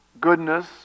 goodness